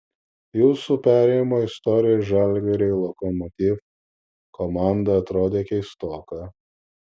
jūsų perėjimo istorija iš žalgirio į lokomotiv komandą atrodė keistoka